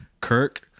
kirk